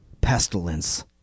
Pestilence